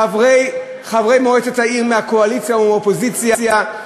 חברי מועצת העיר מהקואליציה ומהאופוזיציה,